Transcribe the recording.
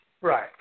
right